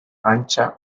ancha